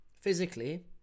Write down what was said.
physically